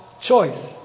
choice